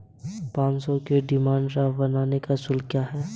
पाँच सौ के डिमांड ड्राफ्ट बनाने का शुल्क क्या है?